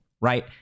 right